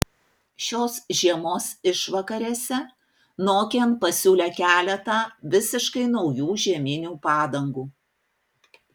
šios žiemos išvakarėse nokian pasiūlė keletą visiškai naujų žieminių padangų